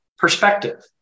perspective